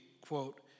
quote